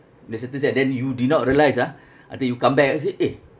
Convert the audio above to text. let's say is that then you did not realise ah after you come back you say eh